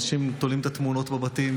אנשים תולים את התמונות בבתים,